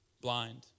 blind